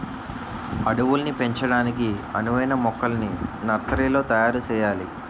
అడవుల్ని పెంచడానికి అనువైన మొక్కల్ని నర్సరీలో తయారు సెయ్యాలి